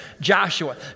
Joshua